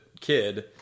kid